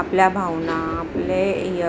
आपल्या भावना आपले य